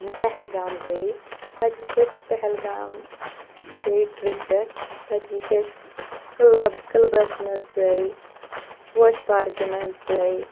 پہلگام گٔے تَتہِ وٕچھ اَسہِ پہلگام گٔے ٹِرٛپ پٮ۪ٹھ تَتہِ وٕچھ اَسہِ کٕلَب کٕلبَس منٛز ژاے پوشہٕ پارکہِ منٛز ژاے